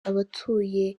abatuye